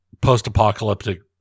post-apocalyptic